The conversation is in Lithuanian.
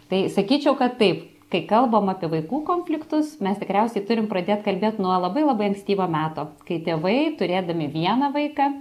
tai sakyčiau kad taip kai kalbam apie vaikų konfliktus mes tikriausiai turim pradėt kalbėt nuo labai labai ankstyvo meto kai tėvai turėdami vieną vaiką